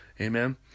Amen